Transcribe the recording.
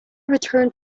returned